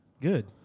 Good